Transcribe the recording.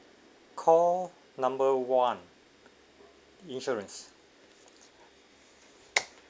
call number one insurance